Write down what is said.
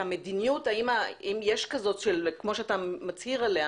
והמדיניות אם יש כזאת, כמו שאתה מצהיר עליה